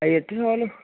అవి వేస్తే చాలు